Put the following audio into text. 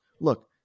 look